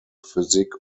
physik